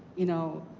you know